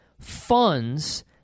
funds